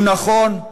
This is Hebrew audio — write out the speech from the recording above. הוא נכון,